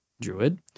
Druid